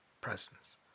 presence